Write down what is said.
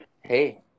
Hey